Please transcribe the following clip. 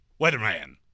weatherman